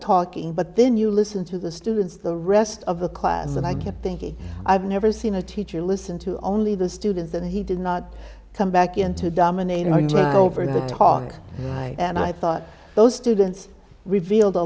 talking but then you listen to the students the rest of the class and i kept thinking i've never seen a teacher listen to only the students that he did not come back into dominating argument over the talk and i thought those students revealed a